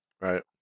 Right